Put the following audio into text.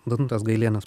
danutės gailienės